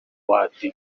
howard